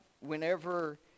whenever